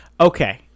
okay